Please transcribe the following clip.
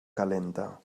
calenta